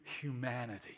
humanity